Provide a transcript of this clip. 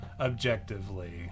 objectively